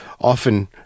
often